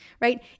right